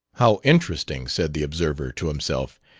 how interesting, said the observer to himself.